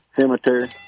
Cemetery